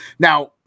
Now